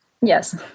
Yes